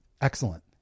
excellent